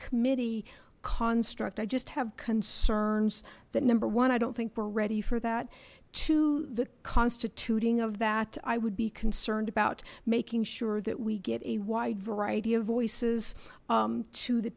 committee construct i just have concerns that number one i don't think we're ready for that the constituting of that i would be concerned about making sure that we get a wide variety of voices to the